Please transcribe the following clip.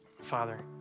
Father